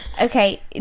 Okay